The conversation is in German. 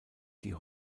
die